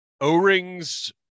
O-rings